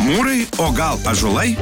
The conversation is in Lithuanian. mūrai o gal ąžuolai